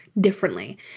differently